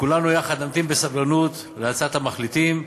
וכולנו יחד נמתין בסבלנות להצעת המחליטים,